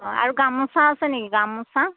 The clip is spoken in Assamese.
অঁ আৰু গামোচা আছে নি গামোচা